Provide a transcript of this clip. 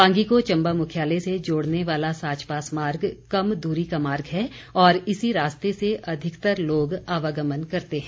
पांगी को चम्बा मुख्यालय से जोड़ने वाला साच पास मार्ग कम दूरी का मार्ग है और इसी रास्ते से अधिकतर लोग आवागमन करते हैं